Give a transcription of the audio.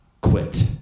quit